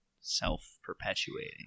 self-perpetuating